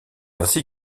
ainsi